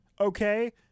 Okay